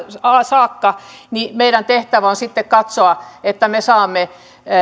saakka niin meidän tehtävämme on sitten katsoa että me saamme